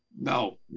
no